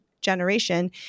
generation